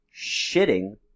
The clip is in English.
shitting